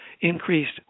increased